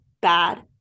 bad